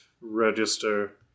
register